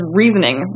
reasoning